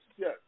Yes